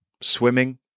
Swimming